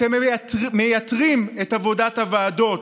אתם מייתרים את עבודת הוועדות,